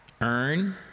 earn